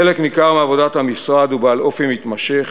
חלק ניכר מעבודת המשרד הוא בעל אופי מתמשך